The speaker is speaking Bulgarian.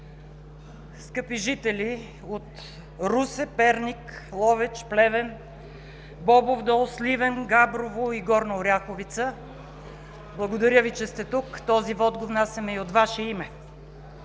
Скъпи жители от Русе, Перник, Ловеч, Плевен, Бобов дол, Сливен, Габрово и Горна Оряховица, благодаря Ви, че сте тук. Този вот го внасяме и от Ваше име.